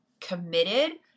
committed